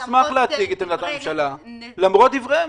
הוא המוסמך להציג את עמדת הממשלה למרות דבריהם.